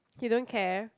you don't care